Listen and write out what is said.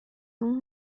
اون